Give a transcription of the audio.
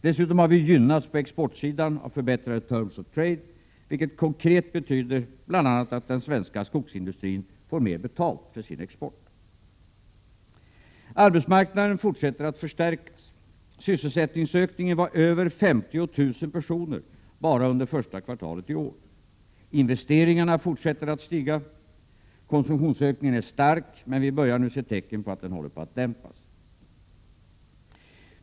Dessutom har vi gynnats på exportsidan av förbättrade terms of trade, vilket konkret bl.a. betyder att den svenska skogsindustrin får mer betalt för sin export. Arbetsmarknaden fortsätter att förstärkas. Sysselsättningsökningen var över 50 000 personer bara under första kvartalet i år. Investeringarna fortsätter att stiga. Konsumtionsökningen är stark, men vi börjar nu se tecken på att den håller på att dämpas.